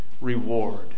reward